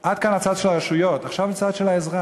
עד כאן הצד של הרשויות, עכשיו הצד של האזרח.